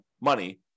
money